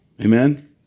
Amen